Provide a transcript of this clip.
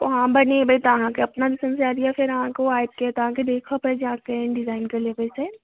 हँ बनेबै तऽ अहाँ अपना दिशसँ आइडिया दिअ ओ आबिके अहाँके देखय पड़ि जायत केहन डिजाइनके लेबै से